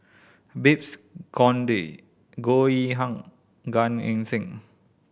Babes Conde Goh Yihan Gan Eng Seng